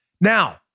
Now